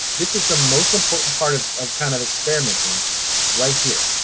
this is the most important part of of kind of experimenting right here.